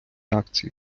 акції